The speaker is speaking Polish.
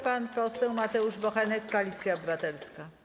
Pan poseł Mateusz Bochenek, Koalicja Obywatelska.